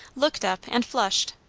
looked up, and flushed.